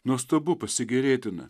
nuostabu pasigėrėtina